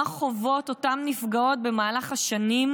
מה חוות אותן נפגעות במהלך השנים,